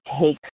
take